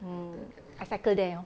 mm I cycle there you know